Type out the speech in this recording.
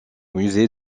musée